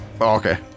okay